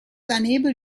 unable